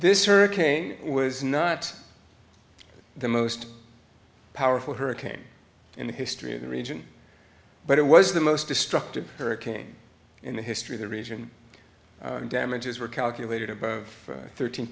this hurricane was not the most powerful hurricane in the history of the region but it was the most destructive hurricane in the history of the region and damages were calculated above thirteen